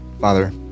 Father